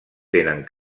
tenen